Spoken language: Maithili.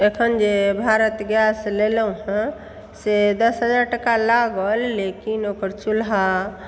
अखन जे भारत गैस लेलहुँ हँ से दश हजार टाका लागल लेकिन ओकर चूल्हा